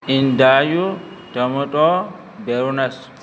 انندائیو tomato